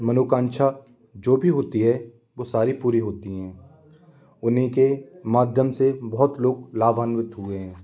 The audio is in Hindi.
मनोकांक्षा जो भी होती है वो सारी पूरी होती हैं उन्ही के माध्यम से बहुत लोग लाभांवित हुए हैं